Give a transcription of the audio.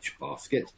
basket